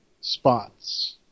spots